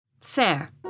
Fair